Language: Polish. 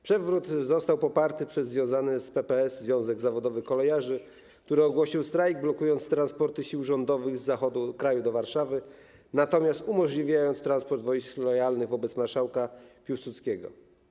Przewrót został poparty przez związany z PPS Związek Zawodowy Kolejarzy, który ogłosił strajk, blokując transporty sił rządowych z zachodu kraju do Warszawy, natomiast umożliwiając transport wojsk lojalnych wobec marszałka Piłsudskiego.